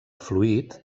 fluid